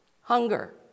hunger